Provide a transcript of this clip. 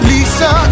Lisa